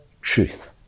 truth